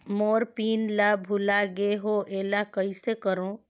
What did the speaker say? मोर PIN ला भुला गे हो एला कइसे करो?